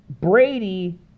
Brady